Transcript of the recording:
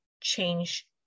change